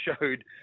showed